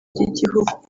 ry’igihugu